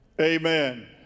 Amen